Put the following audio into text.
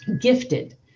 gifted